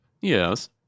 Yes